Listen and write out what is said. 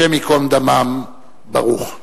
השם ייקום דמם, ברוך.